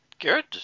good